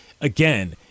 again